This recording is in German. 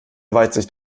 weitsicht